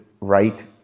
right